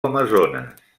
amazones